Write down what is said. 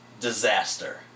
disaster